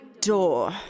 door